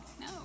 no